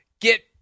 get